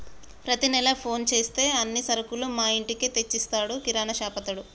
ప్రతి నెల ఫోన్ చేస్తే అన్ని సరుకులు మా ఇంటికే తెచ్చిస్తాడు కిరాణాషాపతడు